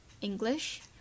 english